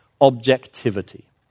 objectivity